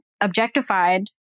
objectified